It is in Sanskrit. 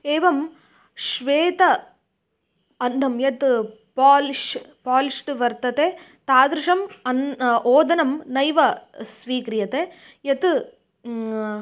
एवं श्वेत अन्नं यत् पालिश् पालिश्ड् वर्तते तादृशम् अन् ओदनं नैव स्वीक्रियते यत्